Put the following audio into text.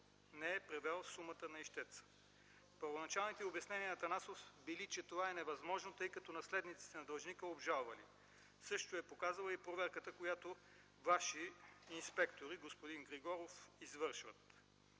не е превел сумата на ищеца. Първоначалните обяснения на Атанасов били, че това е невъзможно, тъй като наследниците на длъжника обжалвали. Същото е показала и проверката, която ваши инспектори, господин Григоров, извършват.